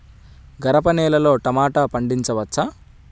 గరపనేలలో టమాటా పండించవచ్చా?